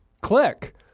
click